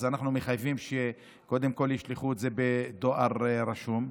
אנחנו מחייבים שקודם כול ישלחו את זה בדואר רשום.